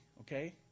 okay